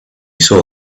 saw